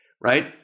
right